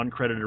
uncredited